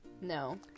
No